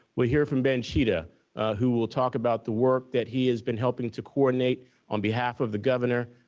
we'll hear from ben chida who will talk about the work that he has been helping to coordinate on behalf of the governor.